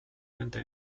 nende